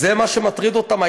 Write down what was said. זה מה שמטריד אותם?